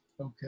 okay